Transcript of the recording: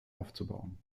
aufzubauen